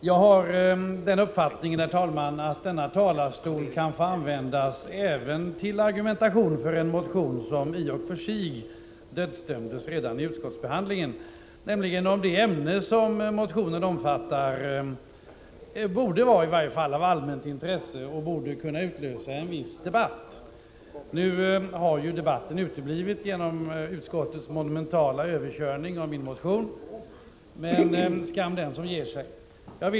Jag har den uppfattningen, herr talman, att denna talarstol kan få användas även till argumentation för en motion som i och för sig dödsdömdes redan i utskottsbehandlingen, nämligen om det ämne som motionen omfattar är eller åtminstone borde vara av allmänt intresse och borde kunna utlösa en viss debatt. Nu har ju debatten uteblivit genom utskottets monumentala överkörning av min motion, men skam den som ger sig.